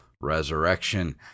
resurrection